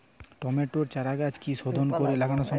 টমেটোর চারাগাছ কি শোধন করে লাগানো সম্ভব?